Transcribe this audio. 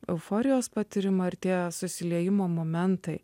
euforijos patyrimą ir tie susiliejimo momentai